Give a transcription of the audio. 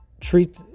treat